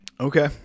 Okay